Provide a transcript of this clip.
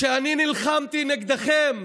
כשאני נלחמתי נגדכם,